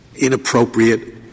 inappropriate